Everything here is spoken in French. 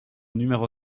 numéro